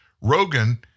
Rogan